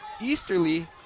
Easterly